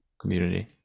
community